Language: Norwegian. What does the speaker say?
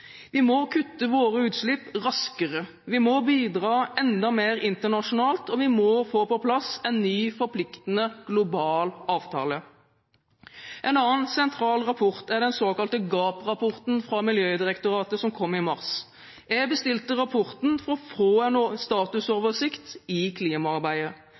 Vi må kutte våre utslipp raskere. Vi må bidra enda mer internasjonalt, og vi må få på plass en ny, forpliktende global avtale. En annen sentral rapport er den såkalte gap-rapporten fra Miljødirektoratet som kom i mars. Jeg bestilte rapporten for å få en statusoversikt i klimaarbeidet.